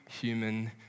human